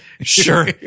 Sure